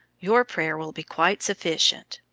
your prayer will be quite sufficient.